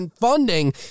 funding